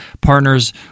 partners